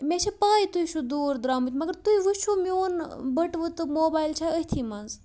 مےٚ چھَ پَے تُہۍ چھُ دوٗر درٛامٕتۍ مگر تُہۍ وٕچھو میون بٔٹوٕ تہٕ موبایل چھا أتھی منٛز